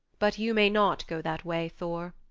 but you may not go that way, thor,